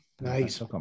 Nice